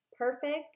perfect